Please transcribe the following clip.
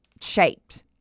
shaped